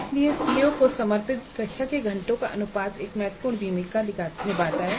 इसलिए सीओ को समर्पित कक्षा के घंटों का अनुपात एक महत्वपूर्ण भूमिका निभाता है